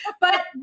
But-